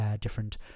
different